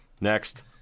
next